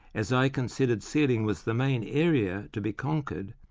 as i considered sealing was the main area to be conquered,